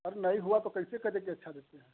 अब नहीं हुआ तो कैसे कह दें कि अच्छा देखते हैं